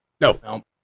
no